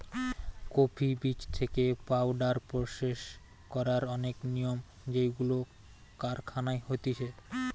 coffee বীজ থেকে powder process করার অনেক নিয়ম যেইগুলো কারখানায় হতিছে